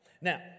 Now